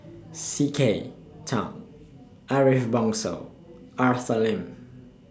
C K Tang Ariff Bongso Arthur Lim